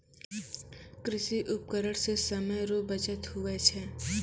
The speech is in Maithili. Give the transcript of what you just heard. कृषि उपकरण से समय रो बचत हुवै छै